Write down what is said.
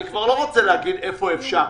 אני כבר לא רוצה להגיד איפה אפשר.